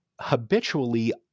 habitually